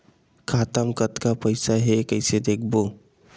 खाता मा कतका पईसा हे कइसे देखबो?